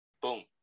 boom